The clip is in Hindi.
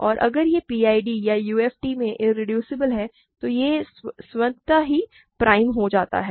और अगर यह PID या UFD में इरेड्यूसेबल है तो यह स्वतः ही प्राइम हो जाता है